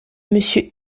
monsieur